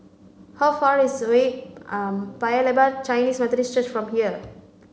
how far is away Paya Lebar Chinese Methodist Church from here